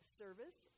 service